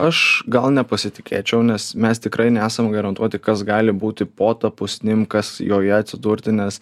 aš gal nepasitikėčiau nes mes tikrai nesam garantuoti kas gali būti po ta pusnim kas joje atsidurti nes